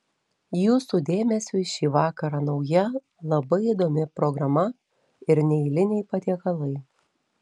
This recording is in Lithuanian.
jūsų dėmesiui šį vakarą nauja labai įdomi programa ir neeiliniai patiekalai